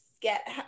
get